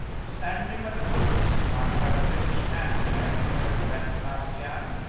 sandy mchoots won both british and american open events last year.